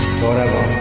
forever